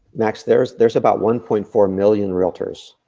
max, there's there's about one point four million realtors.